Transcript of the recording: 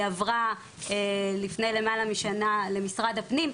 היא עברה לפני למעלה משנה למשרד הפנים,